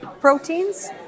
proteins